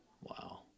Wow